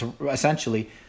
essentially